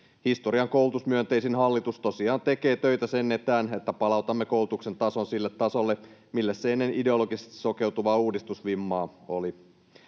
Historian koulutusmyönteisin hallitus tosiaan tekee töitä sen eteen, että palautamme koulutuksen tason sille tasolle, millä se ennen ideologisesti sokeutuvaa uudistusvimmaa oli.